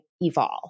evolve